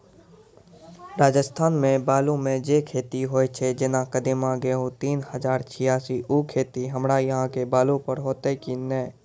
राजस्थान मे बालू मे जे खेती होय छै जेना कदीमा, गेहूँ तीन हजार छियासी, उ खेती हमरा यहाँ के बालू पर होते की नैय?